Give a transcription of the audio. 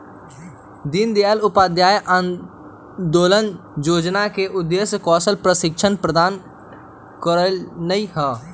दीनदयाल उपाध्याय अंत्योदय जोजना के उद्देश्य कौशल प्रशिक्षण प्रदान करनाइ हइ